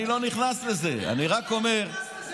אני לא נכנס לזה, אני רק אומר, אתה לא נכנס לזה,